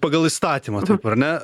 pagal įstatymą taip ar ne